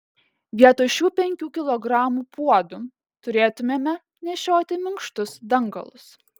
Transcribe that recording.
vietoj šių penkių kilogramų puodų turėtumėme nešioti minkštus dangalus